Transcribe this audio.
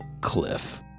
cliff